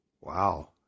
Wow